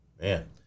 Man